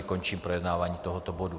Končím projednávání tohoto bodu.